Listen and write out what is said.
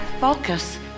focus